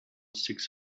six